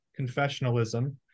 confessionalism